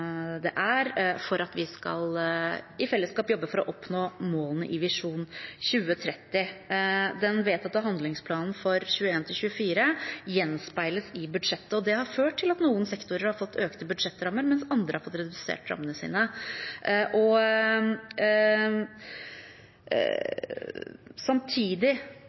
det er for at vi i fellesskap skal jobbe for å oppnå målene i Vår visjon 2030. Den vedtatte handlingsplanen for 2021–2024 gjenspeiles i budsjettet, og det har ført til at noen sektorer har fått økte budsjettrammer, mens andre har fått redusert rammene sine. Samtidig som vi må holde blikket rettet mot denne visjonen – og